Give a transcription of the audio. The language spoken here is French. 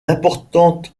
importante